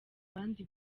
bandi